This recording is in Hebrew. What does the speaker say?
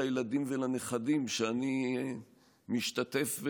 לילדים ולנכדים שאני משתתף,